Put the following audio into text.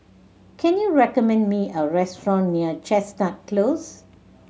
can you recommend me a restaurant near Chestnut Close